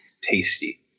tasty